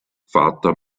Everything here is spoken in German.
vater